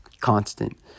constant